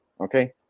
Okay